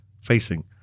facing